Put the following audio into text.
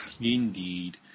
Indeed